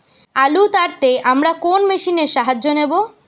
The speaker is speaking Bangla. আলু তাড়তে আমরা কোন মেশিনের সাহায্য নেব?